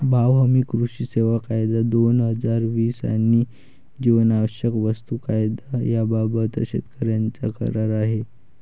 भाव हमी, कृषी सेवा कायदा, दोन हजार वीस आणि जीवनावश्यक वस्तू कायदा याबाबत शेतकऱ्यांचा करार आहे